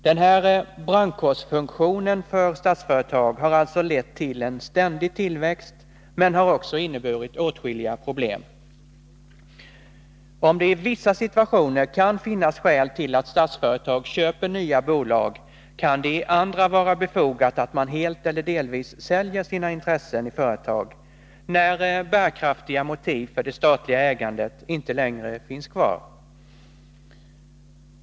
Den här brandkårsfunktionen för Statsföretag har alltså lett till en ständig tillväxt men har också inneburit åtskilliga problem. Om det i vissa situationer kan finnas skäl till att Statsföretag köper nya bolag, kan det i andra vara befogat att man helt eller delvis säljer sina intressen i företag, när bärkraftiga motiv för det statliga ägandet inte längre finns kvar.